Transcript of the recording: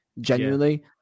genuinely